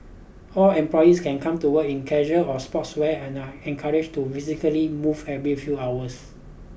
all employees can come to work in casual or sportswear and I encouraged to physically move every few hours